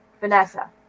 Vanessa